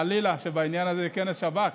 חלילה שבעניין הזה ייכנס השב"כ.